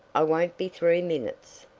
i won't be three minutes.